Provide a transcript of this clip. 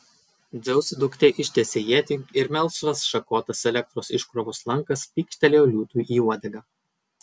dzeuso duktė ištiesė ietį ir melsvas šakotas elektros iškrovos lankas pykštelėjo liūtui į uodegą